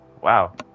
wow